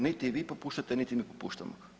Niti i popuštate, niti mi popuštamo.